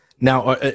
now